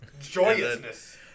joyousness